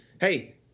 hey